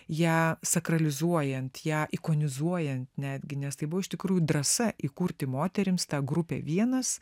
ją sakralizuojant ją ikonizuojent netgi nes tai buvo iš tikrųjų drąsa įkurti moterims tą grupę vienas